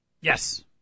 Yes